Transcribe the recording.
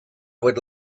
would